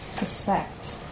respect